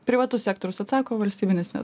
privatus sektorius atsako valstybinis ne